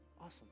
Awesome